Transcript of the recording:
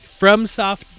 FromSoft